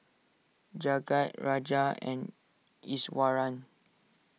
Jagat Raja and Iswaran